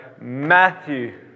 Matthew